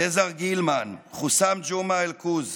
סזר גילמן, חוסאם ג'מעה אל-כוז,